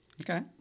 Okay